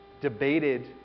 debated